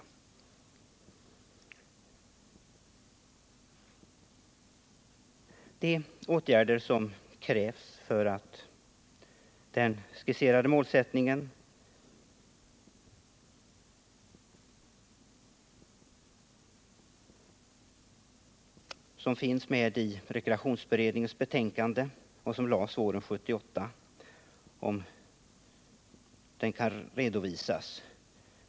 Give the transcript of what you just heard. Jag skulle också vilja veta när man kommer att kunna lägga fram förslag till sådana åtgärder som krävs för att den målsättning som skisserats i rekreationsberedningens betänkande från våren 1978 skall uppnås.